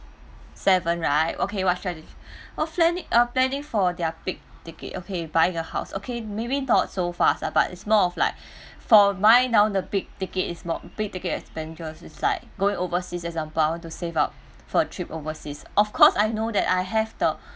seven right okay what strategy what plan it planning for their big ticket okay buying a house okay maybe not so fast lah but it's more of like for my now the big ticket is not big ticket expenditure is like going overseas as example I want to save up for a trip overseas of cause I know that I have the